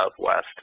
southwest